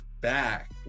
back